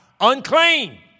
unclean